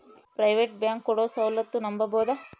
Private bank ಕೊಡೊ ಸೌಲತ್ತು ನಂಬಬೋದ?